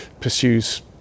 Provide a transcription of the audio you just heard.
pursues